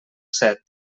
set